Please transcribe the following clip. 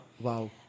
Wow